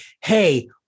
hey